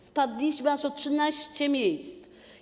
Spadliśmy aż o 13 miejsc.